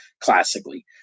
Classically